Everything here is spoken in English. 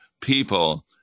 people